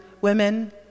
women